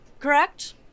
Correct